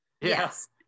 yes